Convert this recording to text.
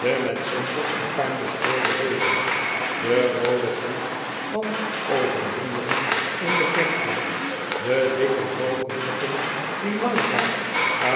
en puin bestrooide wegen de roode gloed van ovenvuren in de verte de dikke rookwoiken die langzaam